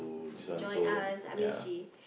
she join us I mean she